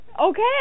Okay